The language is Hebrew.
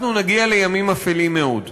אנחנו נגיע לימים אפלים מאוד.